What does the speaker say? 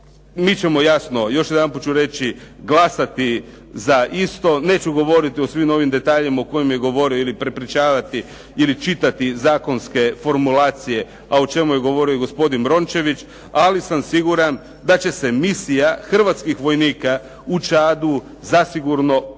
Mi ćemo jasno, još jedanput ću reći, glasati za isto. Neću govoriti o svim ovim detaljima o kojima je govorio ili prepričavati ili čitati zakonske formulacije, a o čemu je govorio gospodin Rončević, ali sam siguran da će se misija hrvatskih vojnika u Čadu zasigurno povećati